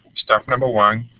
step number one,